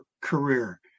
career